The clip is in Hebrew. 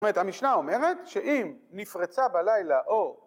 זאת אומרת, המשנה אומרת, שאם נפרצה בלילה או